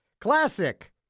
classic